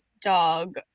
dog